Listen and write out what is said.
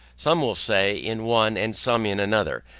some will say in one and some in another,